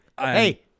Hey